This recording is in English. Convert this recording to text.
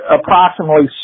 approximately